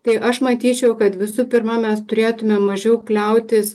tai aš matyčiau kad visų pirma mes turėtumėm mažiau kliautis